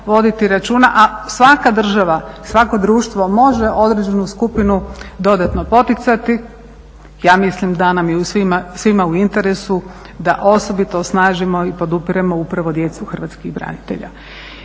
a svaka država, svako društvo može određenu skupinu dodatno poticati. Ja mislim da nam je svima u interesu da osobito osnažimo i podupremo upravo djecu hrvatskih branitelja.